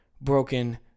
broken